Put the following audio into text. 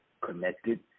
connected